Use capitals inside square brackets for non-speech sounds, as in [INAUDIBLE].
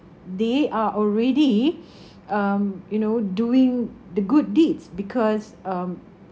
they are already [BREATH] um you know doing the good deeds because um